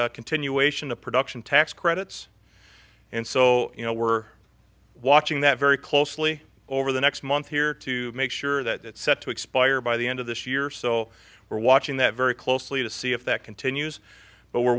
the continuation of production tax credits and so you know we're watching that very closely over the next month here to make sure that it's set to expire by the end of this year so we're watching that very closely to see if that continues but we're